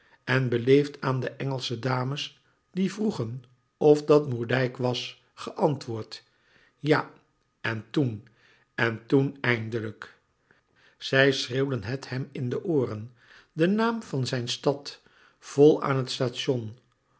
en beleefd aan de engelsche dames die vroegen of dat moerdijk was geantwoord ja en toen en toen toen eindelijk zij schreeuwden het hem in de ooren den naam van zijn stad vol aan het station